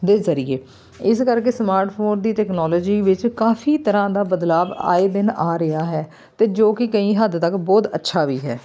ਦੇ ਜ਼ਰੀਏ ਇਸ ਕਰਕੇ ਸਮਾਰਟਫ਼ੋਨ ਦੀ ਟੈਕਨੋਲੋਜੀ ਵਿੱਚ ਕਾਫੀ ਤਰ੍ਹਾਂ ਦਾ ਬਦਲਾਵ ਆਏ ਦਿਨ ਆ ਰਿਹਾ ਹੈ ਅਤੇ ਜੋ ਕਿ ਕਈ ਹੱਦ ਤੱਕ ਬਹੁਤ ਅੱਛਾ ਵੀ ਹੈ